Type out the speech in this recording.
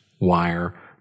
wire